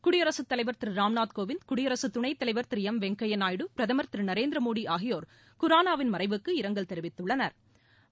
குடியரசுத் தலைவா் திரு ராம்நாத் கோவிந்த் குடியரசு துணைத்தலைவா் திரு எம் வெங்கையா நாயுடு பிரதமா் திரு நரேந்திரமோடி ஆகியோா் குரானாவின் மறைவுக்கு இரங்கல் தெரிவித்துள்ளனா்